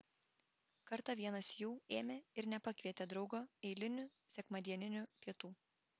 kartą vienas jų ėmė ir nepakvietė draugo eilinių sekmadieninių pietų